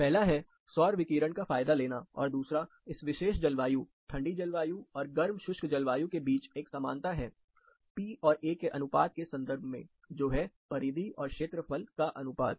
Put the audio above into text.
पहला है सौर विकिरण का फायदा लेनाऔर दूसरा इस विशेष जलवायु ठंडी जलवायु और गर्म शुष्क जलवायु के बीच एक समानता है पी और ए के अनुपात के संदर्भ में जो है परिधि और क्षेत्रफल का अनुपात